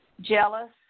jealous